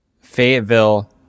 Fayetteville